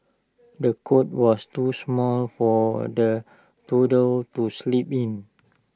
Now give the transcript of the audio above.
the cot was too small for the toddler to sleep in